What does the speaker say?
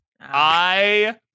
I-